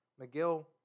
McGill